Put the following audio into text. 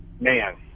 man